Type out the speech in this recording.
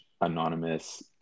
anonymous